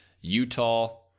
Utah